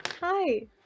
Hi